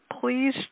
Please